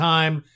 Time